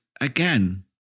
again